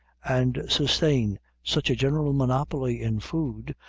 and sustain such a general monopoly in food,